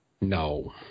No